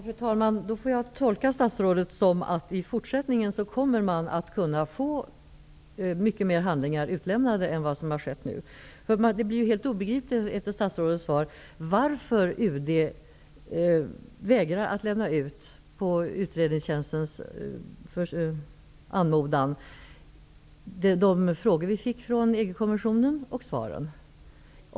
Fru talman! Jag tolkar statsrådet så att man i fortsättningen kommer att kunna få betydligt fler handlingar utlämnade än vad som nu skett. Efter statsrådets svar blir det helt obegripligt varför UD vägrar att, på utredningstjänstens anmodan, lämna ut de frågor vi fick från EG-kommissionen, och svaren på dem.